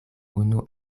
unu